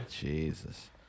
Jesus